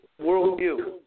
worldview